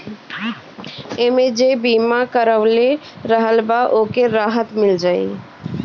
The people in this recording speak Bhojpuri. एमे जे बीमा करवले रहल बा ओके राहत मिल जाई